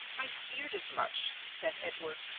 i feared as much, said edward.